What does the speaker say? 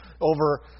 over